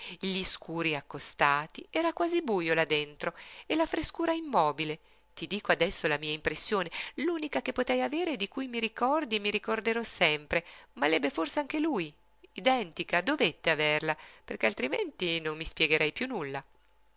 gli scuri accostati era quasi bujo là dentro e la frescura immobile ti dico adesso la mia impressione l'unica che potei avere di cui mi ricordi e mi ricorderò sempre ma l'ebbe forse anche lui identica dovette averla perché altrimenti non mi spiegherei piú nulla